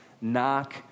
Knock